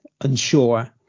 unsure